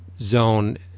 zone